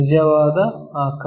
ನಿಜವಾದ ಆಕಾರ